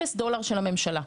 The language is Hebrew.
אפס דולר של הממשלה.